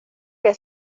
que